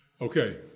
Okay